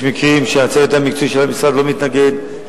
יש מקרים שהצוות המקצועי של המשרד לא מתנגד,